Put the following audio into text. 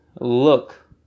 look